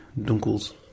dunkles